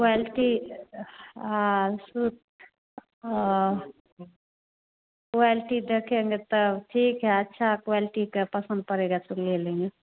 quality suit quality देखेंगे तब ठीक है अच्छा क्वेलटी का पसंद पड़ेगा तो ले लेंगे